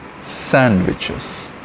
sandwiches